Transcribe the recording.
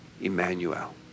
Emmanuel